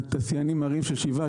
שהתעשיינים מראים של 7%,